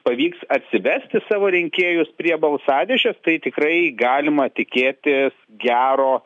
pavyks atsivesti savo rinkėjus prie balsadėžės tai tikrai galima tikėtis gero